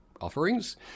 offerings